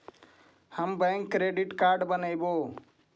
हम bank credit card बनैवो?